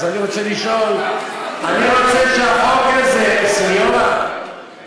אז אני רוצה לשאול, אני רוצה שהחוק הזה, תיקנו